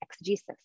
exegesis